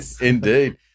Indeed